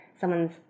someone's